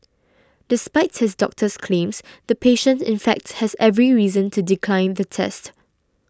despite his doctor's claims the patient in fact has every reason to decline the test